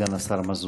סגן השר מזוז.